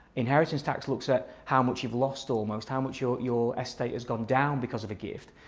inheritance tax looks at how much you've lost almost how much your your estate has gone down because of a gift.